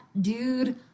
dude